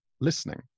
listening